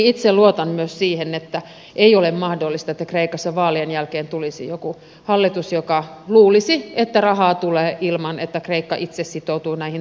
itse luotan myös siihen että ei ole mahdollista että kreikassa vaalien jälkeen tulisi joku hallitus joka luulisi että rahaa tulee ilman että kreikka itse sitoutuu näihin toimiin